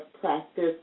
practice